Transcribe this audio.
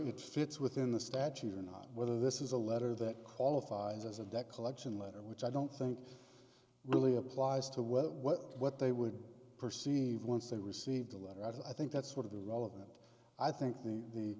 fits within the statute or not whether this is a letter that qualifies as a debt collection letter which i don't think really applies to what what what they would perceive once they received a letter as i think that's one of the relevant i think the the